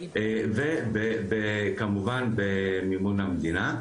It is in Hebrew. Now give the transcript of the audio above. וכמובן במימון המדינה.